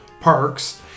parks